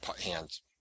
hands